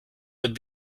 would